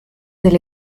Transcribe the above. del